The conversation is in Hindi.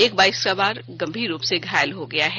एक बाइकसवार गंभीर रूप से घायल हो गया है